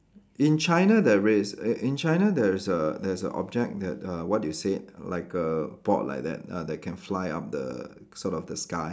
in China there is in in China there is a there's a object that uh what you said like a board like that ah that can fly up the sort of the sky